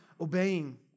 obeying